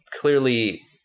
clearly